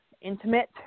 intimate